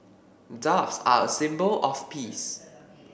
doves are a symbol of peace